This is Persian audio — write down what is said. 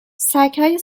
سگهای